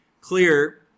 clear